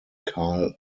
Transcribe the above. carl